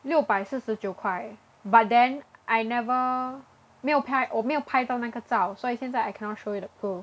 六百四十九块 but then I never 没有拍我没有拍到那个照所以现在 I cannot show you the proof